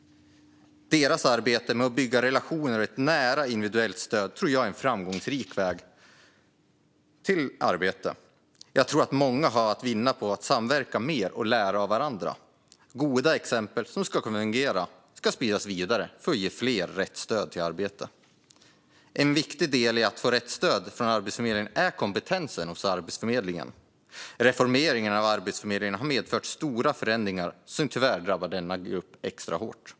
Deras arbete med att bygga relationer och ett nära individuellt stöd tror jag är en framgångsrik väg till arbete. Jag tror att många har att vinna på att samverka mer och lära av varandra. Goda exempel som fungerar ska spridas vidare för att ge fler rätt stöd till arbete. En viktig del i att få rätt stöd från Arbetsförmedlingen är den kompetens som finns där. Reformeringen av Arbetsförmedlingen har medfört stora förändringar som tyvärr har drabbat denna grupp extra hårt.